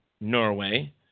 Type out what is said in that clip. Norway